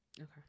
okay